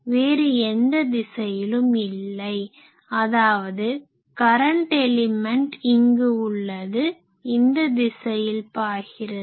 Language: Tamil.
வேறு எந்த திசையிலும் இல்லை அதாவது கரன்ட் எலிமென்ட் இங்கு உள்ளது இந்த திசையில் பாய்கிறது